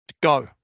Go